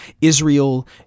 Israel